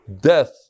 death